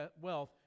wealth